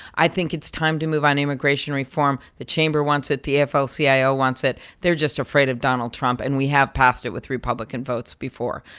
i think it's time to move on immigration reform. the chamber wants it. the afl-cio wants it. they're just afraid of donald trump and we have passed it with republican votes before.